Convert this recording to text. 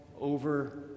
over